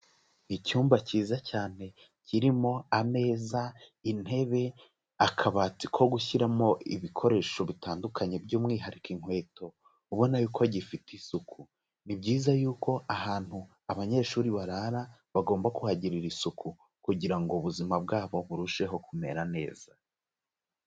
Icyumba cyiza cyane kirimo ameza, intebe, akabati ko gushyiramo ibikoresho bitandukanye by'umwihariko inkweto ubona yuko gifite isuku. Ni byiza yuko ahantu abanyeshuri barara bagomba kuhagirira isuku kugira ubuzima bwabo burusheho kumera neza.